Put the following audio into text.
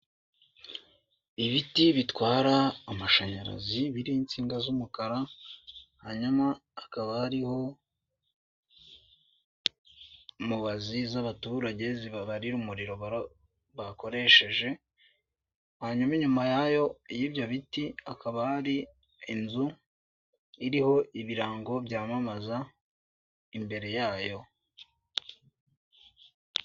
Ibiti bitwara amashanyarazi biriho insinga z'umukara hanyuma hakaba hariho mubazi z'abaturage zibabarira umuriro bakoresheje hanyuma inyuma yayo y'ibyo biti hakaba hari inzu iriho ibirango byamamaza imbere yayo .